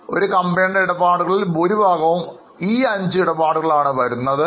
ഒരു കമ്പനിയുടെ ഇടപാടുകളിൽ ഭൂരിഭാഗവും ഈ ഇടപാടുകളെ അടിസ്ഥാനമാക്കിയുള്ളതാണ്